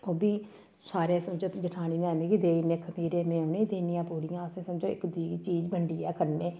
ओह् बी सारे समझो जठानी ने मिगी देई ओड़ने खमीरे में उ'नें गी देनियां पूड़ियां समझो अस इक दूई गी चीज बंड्डियै खन्नै